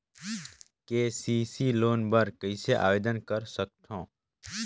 KCC loan बर कइसे आवेदन कर सकथव?